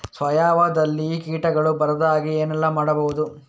ಸಾವಯವದಲ್ಲಿ ಕೀಟಗಳು ಬರದ ಹಾಗೆ ಏನೆಲ್ಲ ಮಾಡಬಹುದು?